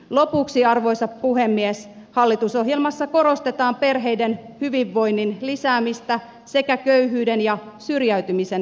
lopuksi arvoisa puhemies hallitusohjelmassa korostetaan perheiden hyvinvoinnin lisäämistä sekä köyhyyden ja syrjäytymisen vähentämistä